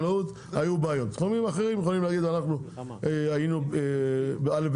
בתחומים אחרים הם יכולים להגיד: "אנחנו היינו א',